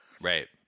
Right